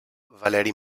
valeri